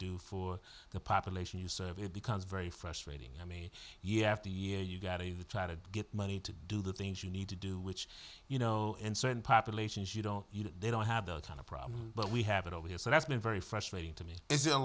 do for the population you serve it becomes very frustrating i mean you have to you gotta you try to get money to do the things you need to do which you know in certain populations you don't you know they don't have those kind of problems but we have it over here so that's been very frustrating to me is th